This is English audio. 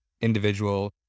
individual